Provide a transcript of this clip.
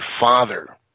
father